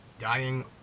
dying